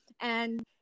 and-